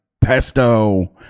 pesto